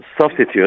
substitute